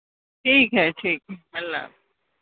ٹھیک ہے ٹھیک ہے اللہ حافظ